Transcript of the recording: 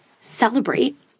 celebrate